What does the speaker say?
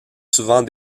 souvent